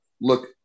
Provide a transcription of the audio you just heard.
look